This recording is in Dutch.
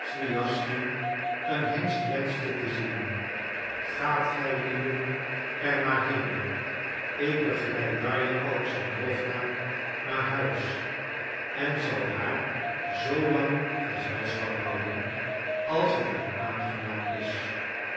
swijaschsky een hengst wenschte te zien gaat gijlieden er maar heen ik begelijd darja alexandrowna naar huis en zal haar zoolang gezelschap houden als het haar aangenaam is